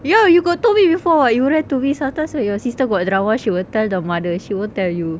ya you got told me before [what] you rant to me sometimes when your sister got drama she will tell the mother she won't tell you